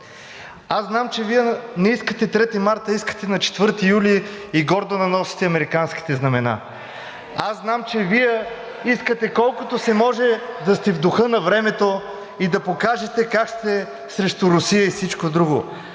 Аз знам, че Вие не искате 3 март, а искате на 4 юли гордо да носите американските знамена. Аз знам, че Вие искате колкото се може да сте в духа на времето и да покажете как сте срещу Русия и всичко друго.